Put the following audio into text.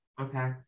okay